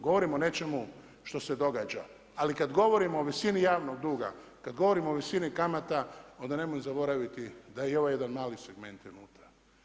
Govorim o nečemu što se događa, ali kad govorimo o visini javnog duga, kad govorimo o visini kamata onda nemojmo zaboraviti da je i ovo jedan mali segment je unutra.